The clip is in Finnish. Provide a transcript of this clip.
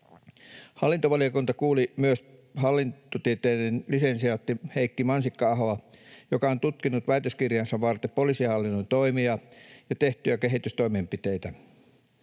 Hallintovaliokunta kuuli myös hallintotieteiden lisensiaatti Heikki Mansikka-ahoa, joka on tutkinut väitöskirjaansa varten poliisihallinnon toimia ja tehtyjä kehitystoimenpiteitä.